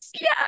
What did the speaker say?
Yes